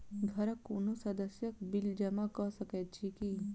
घरक कोनो सदस्यक बिल जमा कऽ सकैत छी की?